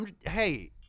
Hey